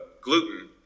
gluten